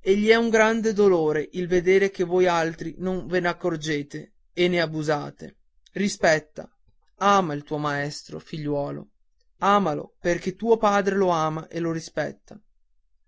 e gli è un grande dolore il vedere che voi altri non ve n'accorgete o ne abusate rispetta ama il tuo maestro figliuolo amalo perché tuo padre lo ama e lo rispetta